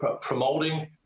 promoting